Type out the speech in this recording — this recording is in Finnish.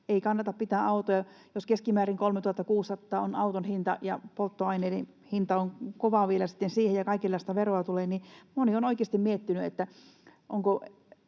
ei kannata pitää autoa, jos keskimäärin 3 600 on auton hinta ja polttoaineiden hinta on kova vielä sitten siihen ja kaikenlaista veroa tulee. Moni on oikeasti miettinyt, onko